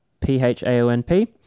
P-H-A-O-N-P